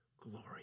glory